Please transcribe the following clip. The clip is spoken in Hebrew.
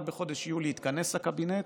רק בחודש יולי התכנס הקבינט.